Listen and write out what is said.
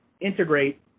integrate